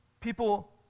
People